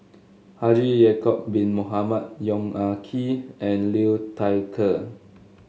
Haji Ya'acob Bin Mohamed Yong Ah Kee and Liu Thai Ker